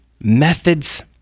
methods